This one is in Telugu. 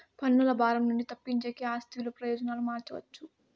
పన్నుల భారం నుండి తప్పించేకి ఆస్తి విలువ ప్రయోజనాలు మార్చవచ్చు